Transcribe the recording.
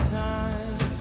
time